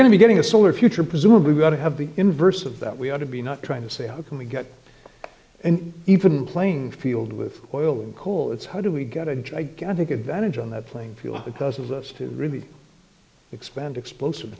going to be getting a solar future presumably got to have the inverse of that we ought to be not trying to say how can we get and even playing field with oil and coal it's how do we get a gigantic advantage on that playing field because of this to really expand explosive